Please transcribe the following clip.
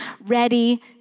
ready